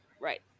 Right